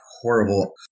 horrible